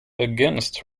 against